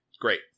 great